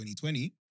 2020